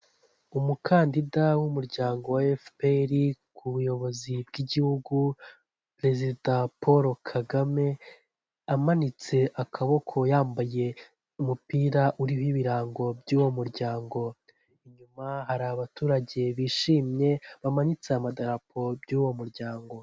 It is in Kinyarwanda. Umukandida w'umuryango wa Efuperi, ku buyobozi bw'igihugu perezida Paul Kagame amanitse akaboko, yambaye umupira uriho ibirango by'uwo muryango, inyuma hari abaturage bishimye bamanitse amadarapo by'uwo muryango.